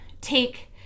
take